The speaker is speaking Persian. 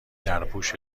درپوش